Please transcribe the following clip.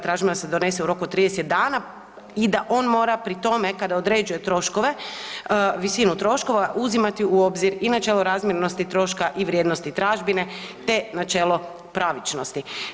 Tražimo da se donese u roku od 30 dana i da on mora pri tome, kada određuje troškove, visinu troškova uzimati u obzir i načelo razmjernosti troška i vrijednosti tražbine te načelo pravičnosti.